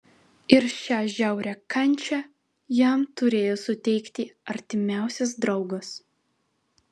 ir šią žiaurią kančią jam turėjo suteikti artimiausias draugas